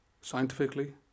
scientifically